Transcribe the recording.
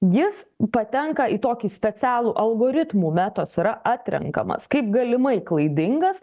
jis patenka į tokį specialų algoritmų metos yra atrenkamas kaip galimai klaidingas